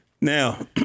now